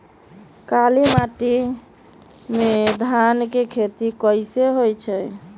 काली माटी में धान के खेती कईसे होइ छइ?